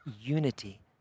unity